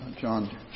John